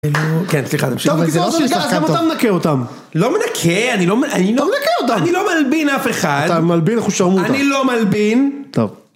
כן סליחה תמשיך, אז גם אותם נכה אותם. לא מנקה, אני לא מנקה אותם, אני לא מלבין אף אחד. אתה מלבין אחושרמוטה, אני לא מלבין. טוב.